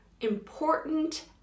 important